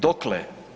Dokle?